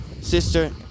Sister